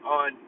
on